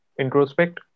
introspect